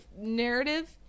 narrative